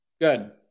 Good